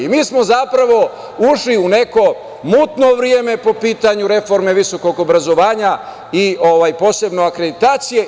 Mi smo, zapravo, ušli u neko mutno vreme po pitanju reforme visokog obrazovanja i posebno akreditacije.